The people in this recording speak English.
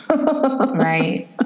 Right